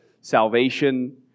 salvation